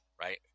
right